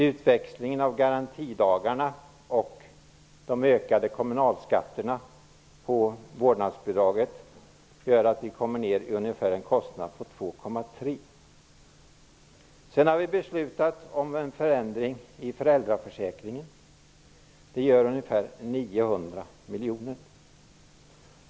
Utväxlingen av garantidagarna och de ökade kommunalskatterna på vårdnadsbidraget gör att vi kommer ner i en kostnad på ungefär 2,3. Sedan har vi beslutat om en förändring i föräldraförsäkringen. Det gör ungefär 900 miljoner.